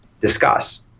discuss